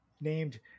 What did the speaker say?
named